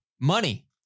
Money